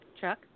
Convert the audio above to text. Chuck